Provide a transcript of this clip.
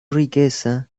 riqueza